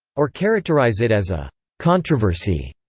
or characterise it as a controversy,